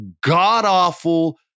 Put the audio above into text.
god-awful